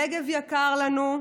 הנגב יקר לנו,